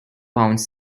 pounds